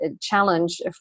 challenge